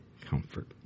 comfort